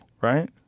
right